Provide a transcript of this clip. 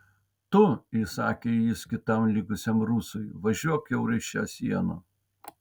tu įsakė jis kitam likusiam rusui važiuok kiaurai šią sieną